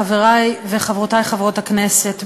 חברי וחברותי חברות הכנסת,